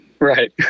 Right